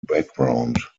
background